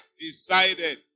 decided